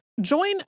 Join